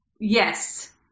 Yes